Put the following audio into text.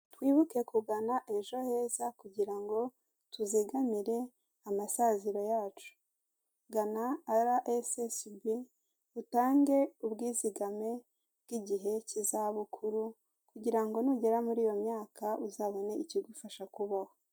Twibuke kugana ejo heza kugira ngo tuzigamire amasaziro yacu, gana ara esisibi utange ubwizigame bw'igihe k'izabukuru kugira ngo nugera muri iyo myaka uzabone ikigufasha kubaho.